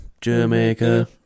Jamaica